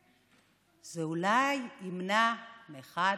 זה אולי ימנע מאחד